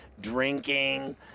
drinking